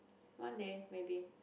one day maybe